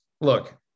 look